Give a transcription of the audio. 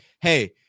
Hey